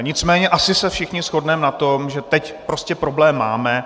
Nicméně asi se všichni shodneme na tom, že teď prostě problém máme.